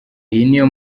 niyo